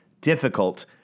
difficult